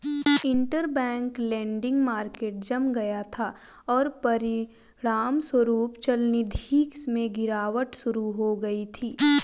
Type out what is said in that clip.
interbank lending market जम गया था, और परिणामस्वरूप चलनिधि में गिरावट शुरू हो गई थी